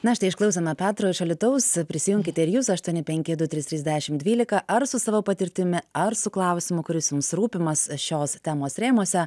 na štai išklausome petro iš alytaus prisijunkite ir jūs aštuoni penki du trys trys dešim dvylika ar su savo patirtimi ar su klausimu kuris jums rūpimas šios temos rėmuose